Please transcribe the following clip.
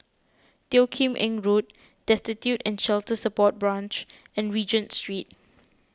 Teo Kim Eng Road Destitute and Shelter Support Branch and Regent Street